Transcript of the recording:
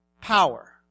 power